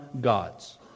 gods